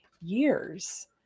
years